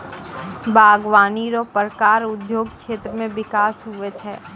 बागवानी रो प्रकार उद्योग क्षेत्र मे बिकास हुवै छै